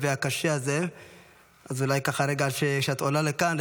אז אולי רגע לפני שאת עולה לכאן,